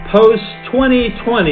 Post-2020